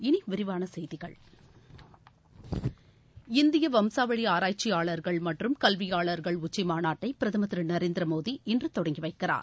இனி விரிவான செய்திகள் இந்திய வம்சாவழி ஆராய்ச்சியாளர்கள் மற்றும் கல்வியாளர்கள் உச்சிமாநாட்டை பிரதமர் திரு நரேந்திர மோதி இன்று தொடங்கி வைக்கிறார்